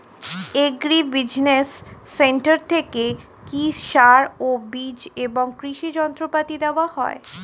Agri business centre থেকে কি সার ও বিজ এবং কৃষি যন্ত্র পাতি দেওয়া হয়?